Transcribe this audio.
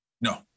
No